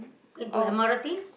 into m_r_t